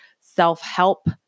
self-help